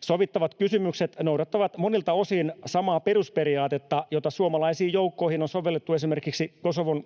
Sovittavat kysymykset noudattavat monilta osin samaa perusperiaatetta, jota suomalaisiin joukkoihin on sovellettu esimerkiksi Kosovon KFOR- ja